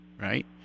right